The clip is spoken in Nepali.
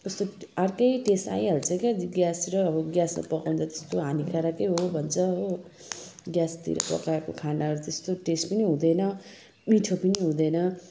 कस्तो अर्कै टेस्ट आइहाल्छ क्या ग्यास र ग्यासमा पकाएको त्यस्तो हानिकारक हो भन्छ हो ग्यासतिर पकाएको खानाहरू त्यस्तो टेस्ट नै हुँदैन मिठो पनि हुँदैन